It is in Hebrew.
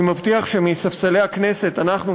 אני מבטיח שמספסלי הכנסת אנחנו,